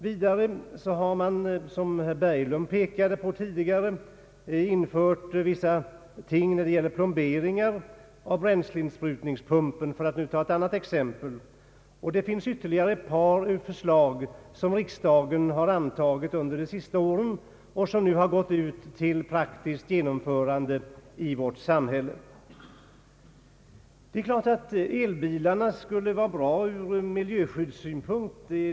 Vidare har, som herr Berglund påpekade, införts vissa bestämmelser om plombering av bränsleinsprutningspumpen, för att ta ett annat exempel. Riksdagen har under de senaste åren antagit ytterligare ett par förslag som nu praktiskt genomförs i vårt land. Det är klart att elbilarna skulle vara bra ur miljöskyddssynpunkt.